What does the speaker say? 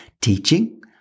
Teaching